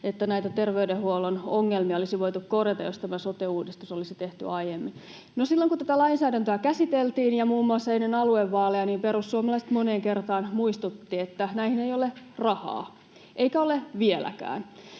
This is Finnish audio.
että näitä terveydenhuollon ongelmia olisi voitu korjata, jos tämä sote-uudistus olisi tehty aiemmin. No, silloin kun tätä lainsäädäntöä käsiteltiin, muun muassa ennen aluevaaleja, perussuomalaiset moneen kertaan muistuttivat, että näihin ei ole rahaa, eikä ole vieläkään.